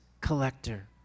collector